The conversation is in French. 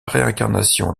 réincarnation